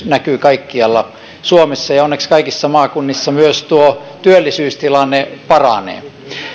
näkyy kaikkialla suomessa ja onneksi kaikissa maakunnissa myös työllisyystilanne paranee